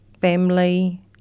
family